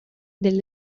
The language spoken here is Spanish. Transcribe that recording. del